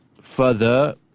further